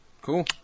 Cool